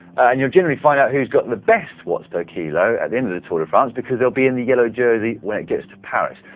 and you generally find out who's got the best watts per kilo at the end of the tour de france because they'll be in the yellow jersey when it gets to paris.